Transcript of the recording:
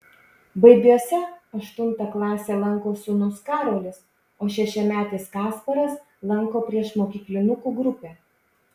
baibiuose aštuntą klasę lanko sūnus karolis o šešiametis kasparas lanko priešmokyklinukų grupę